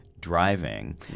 driving